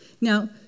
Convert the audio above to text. Now